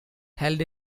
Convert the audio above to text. held